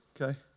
Okay